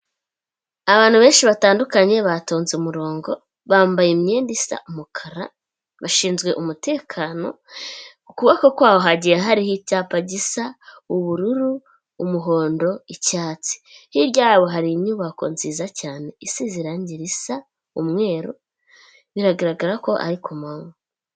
Abantu benshi batandukanye batonze umurongo, bambaye imyenda isa umukara, bashinzwe umutekano ku kuboko kwabo, hagiye hariho icyapa gisa ubururu umuhondo icyatsi, hirya yabo hari inyubako nziza cyane, isize irangi risa umweru, biragaragara ko ari kumanwa.